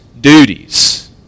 duties